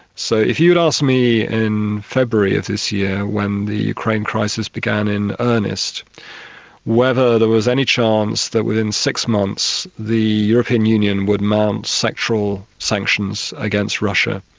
so if you had asked me in february of this year when the ukraine crisis began in earnest whether there was any chance that within six months the european union would mount sectoral sanctions against russia,